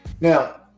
Now